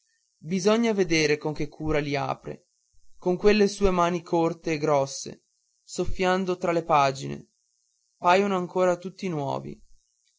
bisogna vedere con che cura gli apre con quelle sue mani corte e grosse soffiando tra le pagine paiono ancora tutti nuovi